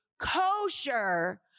kosher